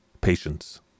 patience